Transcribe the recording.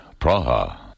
Praha